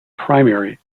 primary